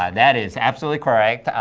ah that is absolutely correct.